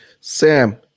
Sam